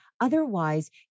otherwise